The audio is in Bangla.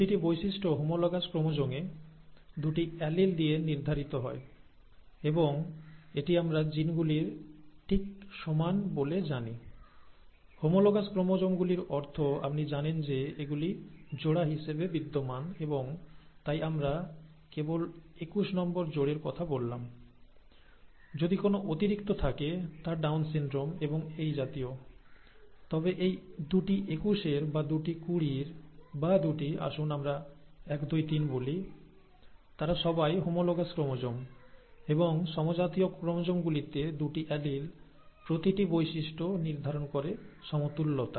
প্রতিটি বৈশিষ্ট্য হোমোলাসাস ক্রোমোজোমে দুটি অ্যালিল দিয়ে নির্ধারিত হয় এবং এটি আমরা জিনগুলির ঠিক সমান বলে জানি হোমোলজাস ক্রোমোজোমগুলির অর্থ আপনি জানেন যে এগুলি জোড়া হিসাবে বিদ্যমান এবং তাই আমরা কেবল একুশ নম্বর জোড়ের কথা বললাম যদি কোনও অতিরিক্ত থাকে তা ডাউন সিনড্রোম এবং এই জাতীয় তবে এই দুটি একুশের বা দুটি কুড়ির বা দুটি আসুন আমরা এক দুই তিন বলি তারা সবাই হোমোলজাস ক্রোমোজোম এবং সমজাতীয় ক্রোমোজোমগুলিতে দুটি অ্যালিল প্রতিটি বৈশিষ্ট্য নির্ধারণ করে সমতুল্যতা